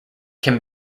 can